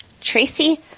Tracy